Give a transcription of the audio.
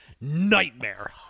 nightmare